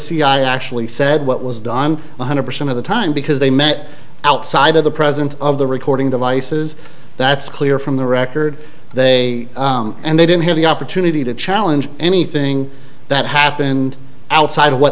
i actually said what was done one hundred percent of the time because they met outside of the presence of the recording devices that's clear from the record they and they didn't have the opportunity to challenge anything that happened outside of what